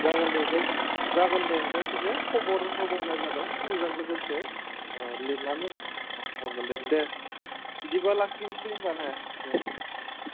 जागोन दे जागोन दे जायखिजाया खबर होब्लानो जाबाय समजों लोगोसे लिरनानै हरगोन दे दे बिदिब्ला लाखिनसै होमब्ला ने दे